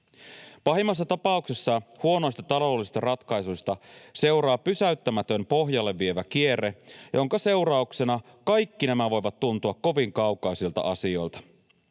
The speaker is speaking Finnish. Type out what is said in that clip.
Pahimmassa tapauksessa huonoista taloudellisista ratkaisuista seuraa pysäyttämätön, pohjalle vievä kierre, jonka seurauksena kaikki nämä voivat tuntua kovin kaukaisilta asioilta.